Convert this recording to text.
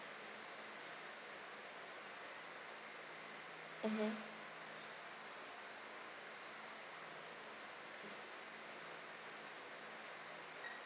mmhmm